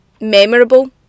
memorable